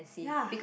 ya